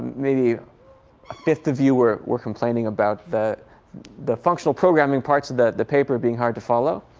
maybe a fifth of you were were complaining about the the functional programming parts of the the paper being hard to follow.